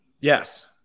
yes